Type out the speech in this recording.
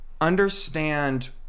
understand